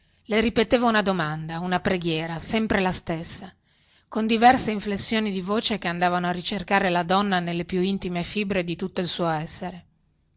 le ripeteva una domanda una preghiera sempre la stessa con diverse inflessioni di voce che andavano a ricercare la donna nelle più intime fibre di tutto il suo essere